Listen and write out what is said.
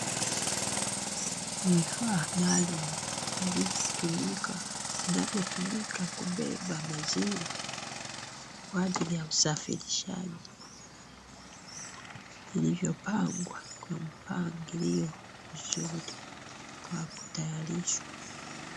Vifaa maalum vinavyotumika kubeba maziwa kwa ajili ya usafirishaji vilivyopangwa kwa mpangilio mzuri wa kutayarishwa.